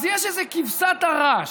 אז יש איזו כבשת הרש.